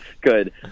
Good